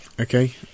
Okay